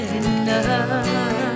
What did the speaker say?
enough